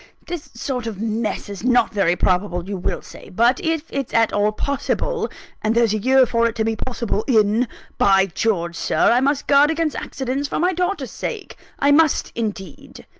this sort of mess is not very probable, you will say but if it's at all possible and there's a year for it to be possible in by george, sir, i must guard against accidents, for my daughter's sake i must indeed!